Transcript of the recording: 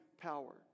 power